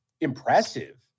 impressive